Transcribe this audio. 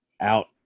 out